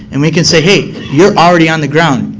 and we can say, hey, you're already on the ground,